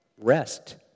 rest